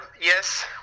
Yes